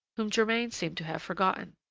whom germain seemed to have forgotten.